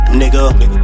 nigga